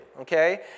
okay